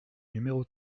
numéro